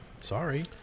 Sorry